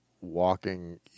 walking